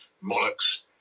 monarchs